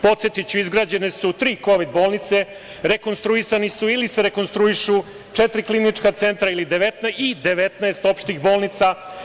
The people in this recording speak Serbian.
Podsetiću, izgrađene su tri kovid bolnice, rekonstruisani su ili se rekonstruišu četiri klinička centra i 19 opštih bolnica.